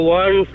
one